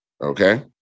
Okay